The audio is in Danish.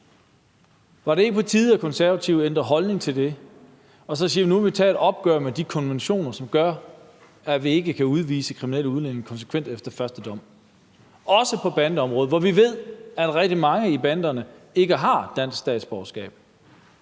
var det så ikke på tide, at Konservative ændrede holdning til det og så sagde, at nu må vi tage et opgør med de konventioner, som gør, at vi ikke kan udvise kriminelle udlændinge konsekvent efter første dom? Det skulle også være på bandeområdet, for vi ved, at rigtig mange i banderne ikke har dansk statsborgerskab.